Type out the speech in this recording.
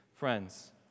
Friends